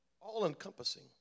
all-encompassing